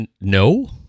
No